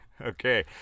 Okay